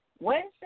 Wednesday